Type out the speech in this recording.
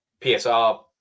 PSR